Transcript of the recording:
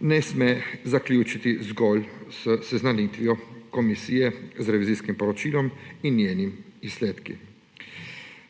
ne sme zaključiti zgolj s seznanitvijo komisije z revizijskim poročilom in njegovimi izsledki.